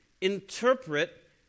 interpret